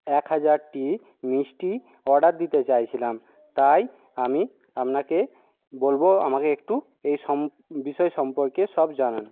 এক হাজারটি মিষ্টি অর্ডার দিতে চাইছিলাম তাই আমি আপনাকে বলবো আমাকে একটু এই সম বিষয় সম্পর্কে সব জানান